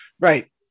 Right